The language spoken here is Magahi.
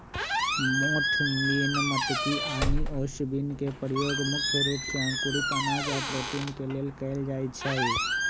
मोठ बिन मटकी आनि ओस बिन के परयोग मुख्य रूप से अंकुरित अनाज आ प्रोटीन के लेल कएल जाई छई